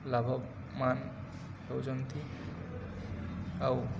ଲାଭବାନ ହେଉଛନ୍ତି ଆଉ